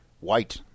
white